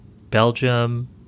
Belgium